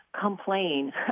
complain